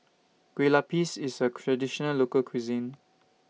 Kueh Lapis IS A Traditional Local Cuisine